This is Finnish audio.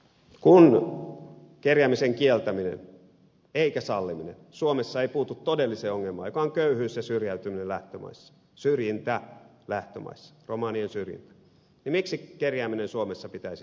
kun kerjäämisen kieltäminen eikä salliminen suomessa ei puutu todelliseen ongelmaan joka on köyhyys ja syrjintä lähtömaissa romanien syrjintä niin miksi kerjääminen suomessa pitäisi sitten kieltää